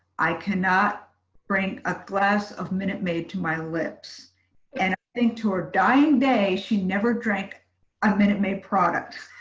i cannot bring a glass of minute made to my lips and into her dying day she never drank a minute may products.